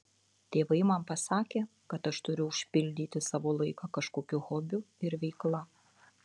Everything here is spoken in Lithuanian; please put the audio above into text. tėvai man pasakė kad aš turiu užpildyti savo laiką kažkokiu hobiu ir veikla